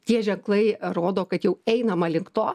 tie ženklai rodo kad jau einama link to